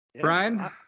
Brian